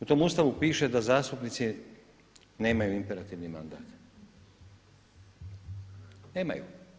U tom Ustavu piše da zastupnici nemaju imperativni mandat, nemaju.